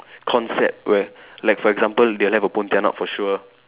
concept where like for example they'll have a Pontianak for sure